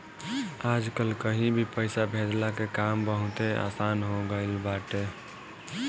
आजकल कहीं भी पईसा भेजला के काम बहुते आसन हो गईल बाटे